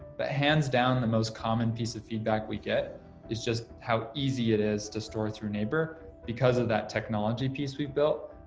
but hands down, the most common piece of feedback we get is just how easy it is to store through neighbor because of that technology piece we've built.